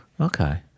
Okay